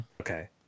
Okay